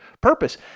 Purpose